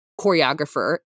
choreographer